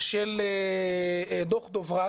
של דו"ח דברת